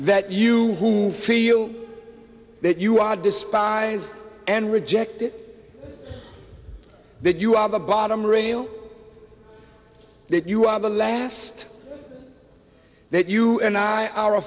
that you whom feel that you are despised and rejected that you are the bottom rail that you are the last that you and i are a